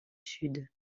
sud